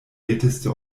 älteste